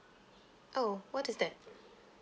oh what is that